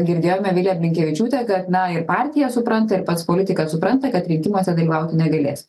girdėjome viliją blinkevičiūtę kad na ir partija supranta ir pats politikas supranta kad rinkimuose dalyvauti negalės